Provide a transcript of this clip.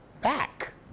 back